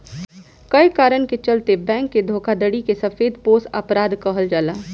कए कारण के चलते बैंक के धोखाधड़ी के सफेदपोश अपराध कहल जाला